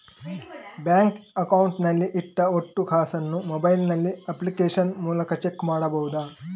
Bank account ನಲ್ಲಿ ಇಟ್ಟ ಒಟ್ಟು ಕಾಸನ್ನು ಮೊಬೈಲ್ ನಲ್ಲಿ ಅಪ್ಲಿಕೇಶನ್ ಮೂಲಕ ಚೆಕ್ ಮಾಡಬಹುದಾ?